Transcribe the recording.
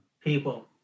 People